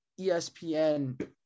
espn